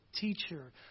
teacher